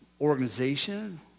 organization